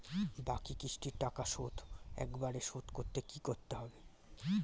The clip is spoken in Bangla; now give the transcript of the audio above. বাকি কিস্তির টাকা শোধ একবারে শোধ করতে কি করতে হবে?